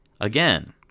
Again